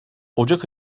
ocak